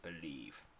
believe